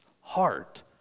heart